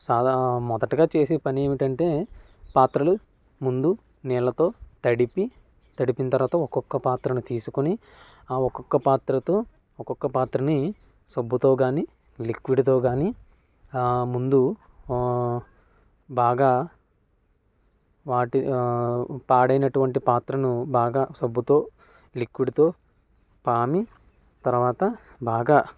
సాధా మొదటగా చేసే పని ఏమిటంటే పాత్రలు ముందు నీళ్లతో తడిపి తడిపిన తర్వాత ఒక్కొక్క పాత్రను తీసుకొని ఆ ఒక్కొక్క పాత్రతో ఒక్కొక్క పాత్రని సబ్బుతో కానీ లిక్విడ్తో కానీ ముందు బాగా వాటి పాడైనటువంటి పాత్రను బాగా సబ్బుతో లిక్విడ్తో పామి తర్వాత బాగా